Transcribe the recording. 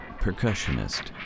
percussionist